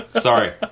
Sorry